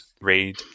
Read